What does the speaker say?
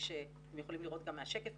כפי שאתם יכולים לראות גם מהשקף.